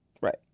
Right